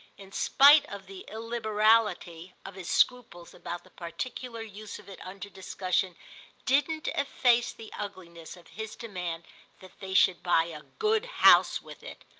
in spite of the illiberality, of his scruples about the particular use of it under discussion didn't efface the ugliness of his demand that they should buy a good house with it.